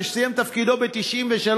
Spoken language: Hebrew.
שסיים את תפקידו ב-1993,